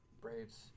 Braves